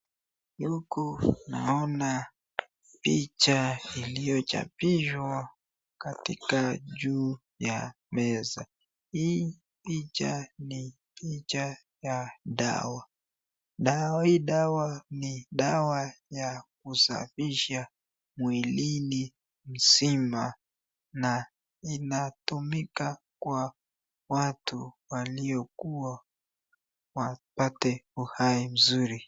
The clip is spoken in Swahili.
Huku naona picha iliyochapishwa katika juu ya meza. Hii picha ni picha ya dawa. Hii dawa ni dawa ya kusafisha mwilini mzima na inatumika kwa watu waliokuwa wapate uhai mzuri.